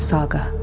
Saga